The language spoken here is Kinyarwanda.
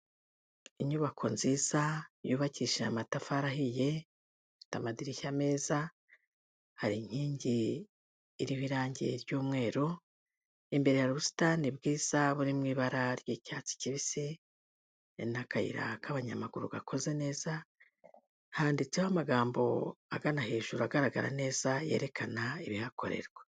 Inyubako nziza yubakishije amatafari ahiye, ifite amadirishya meza, hari inkingi iriho irange ry'umweru, imbere hari ubusitani bwiza buri mu ibara ry'icyatsi kibisi, n'akayira k'abanyamaguru gakoze neza, handitseho amagambo hagana hejuru agaragara neza yerekana ibihakorerwa.